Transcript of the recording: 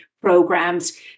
programs